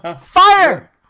Fire